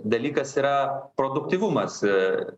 dalykas yra produktyvumas